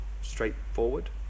straightforward